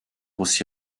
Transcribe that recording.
aussi